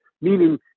meaning